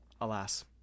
Alas